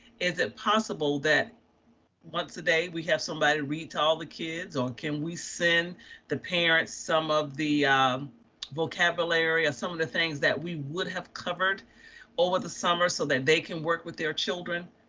is it possible that once a day we have somebody read to all the kids or can we send the parents some of the vocabulary or some of the things that we would have covered over the summer so that they can work with their children.